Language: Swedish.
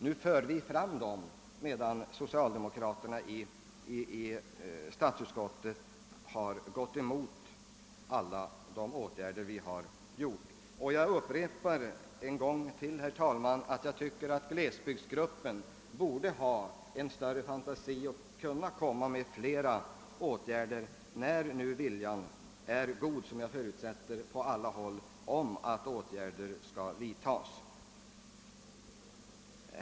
Nu för vi fram förslag om sådana, men socialdemokraterna i statsutskottet har gått emot alla de förslag vi framfört. Jag upprepar att jag tycker att glesbygdsgruppen borde ha mer fantasi och borde kunna framlägga förslag om flera åtgärder när nu viljan på alla håll är god — det förutsätter jag.